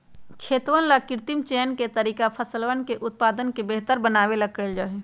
खेतवन ला कृत्रिम चयन के तरीका फसलवन के उत्पादन के बेहतर बनावे ला कइल जाहई